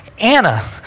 Anna